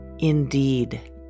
Indeed